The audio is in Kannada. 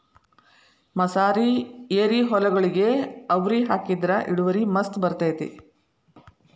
ಮಸಾರಿ ಎರಿಹೊಲಗೊಳಿಗೆ ಅವ್ರಿ ಹಾಕಿದ್ರ ಇಳುವರಿ ಮಸ್ತ್ ಬರ್ತೈತಿ